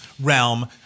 realm